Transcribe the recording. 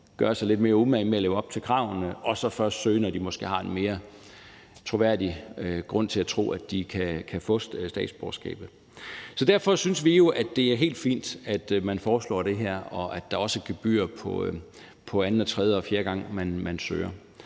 gøre sig lidt mere umage med at leve op til kravene og så først søge, når de måske har en mere troværdig grund til at tro, at de kan få statsborgerskabet. Så derfor synes vi jo, at det er helt fint, at man foreslår det her, og at der også er gebyr på anden og tredje og fjerde gang, man søger.